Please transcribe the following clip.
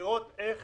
לראות איך